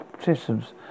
systems